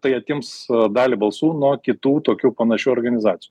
tai atims dalį balsų nuo kitų tokių panašių organizacijų